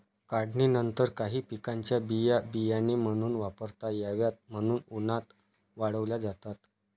काढणीनंतर काही पिकांच्या बिया बियाणे म्हणून वापरता याव्यात म्हणून उन्हात वाळवल्या जातात